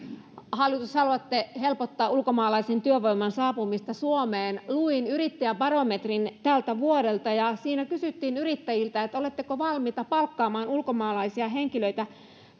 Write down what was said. hallitus haluatte helpottaa ulkomaalaisen työvoiman saapumista suomeen luin yrittäjäbarometrin tältä vuodelta ja siinä kysyttiin yrittäjiltä oletteko valmiita palkkaamaan ulkomaalaisia henkilöitä